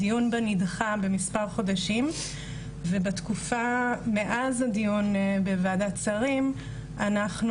הנידון בה נדחה במספר חודשים ובתקופה מאז הדיון בוועדת שרים אנחנו